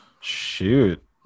Shoot